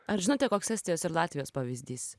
ar žinote koks estijos ir latvijos pavyzdys